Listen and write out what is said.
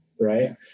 right